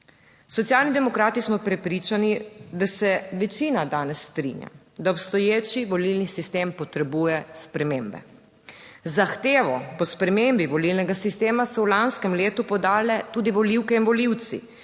Socialni demokrati smo prepričani, da se večina danes strinja, da obstoječi volilni sistem potrebuje spremembe. Zahtevo po spremembi volilnega sistema so v lanskem letu podale tudi volivke in volivci